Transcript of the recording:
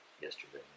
yesterday